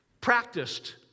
practiced